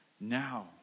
now